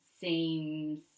seems